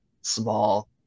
small